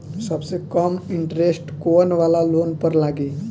सबसे कम इन्टरेस्ट कोउन वाला लोन पर लागी?